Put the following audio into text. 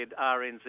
RNZ